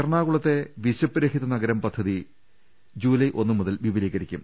എറണാകുളത്തെ വിശപ്പ് രഹിതനഗരം പദ്ധതി ജൂലൈ ഒന്ന് മുതൽ വിപുലീകരിക്കും